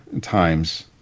times